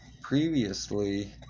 previously